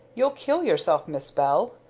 you'll kill yourself, miss bell.